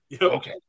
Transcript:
okay